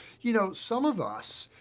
you know, some of us,